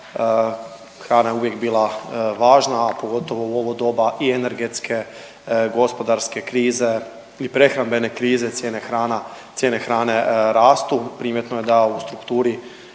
Hrana je uvijek bila važna, a pogotovo u ovo doba i energetske gospodarske krize i prehrambene krize, cijene hrana, cijene hrane rastu, primjetno je da u strukturi